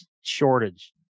shortage